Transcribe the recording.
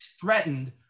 threatened